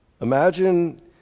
Imagine